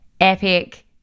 epic